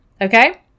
Okay